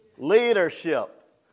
Leadership